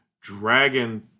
Dragon